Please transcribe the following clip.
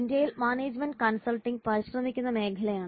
ഇന്ത്യയിൽ management consulting പരിശ്രമിക്കുന്ന മേഖലയാണ്